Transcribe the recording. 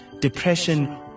depression